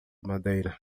madeira